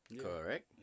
Correct